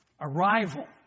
arrival